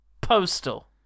Postal